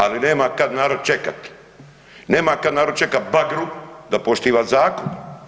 Ali nema kad narod čekat, nema kad narod čekat bagru da poštiva zakon.